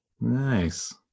Nice